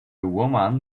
woman